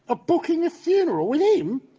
ah booking a funeral with him,